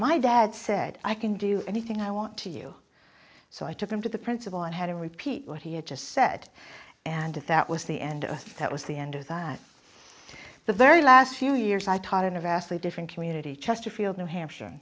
my dad said i can do anything i want to you so i took him to the principal and had him repeat what he had just said and that was the end of that was the end of that the very last few years i taught in a vastly different community chesterfield new hampshire